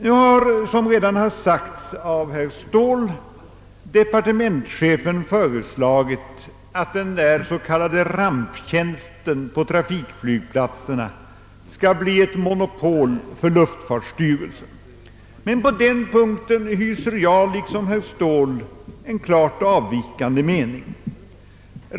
Som herr Ståhl redan framhållit har departementschefen föreslagit att den s.k. ramptjänsten på = trafikflygplatserna skall bli ett monopol för luftfartsstyrelsen, men på den punkten hyser jag liksom herr Ståhl en klart avvikande mening.